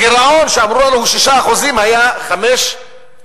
הגירעון, אמרו לנו 6%, היה 5.15%,